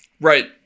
Right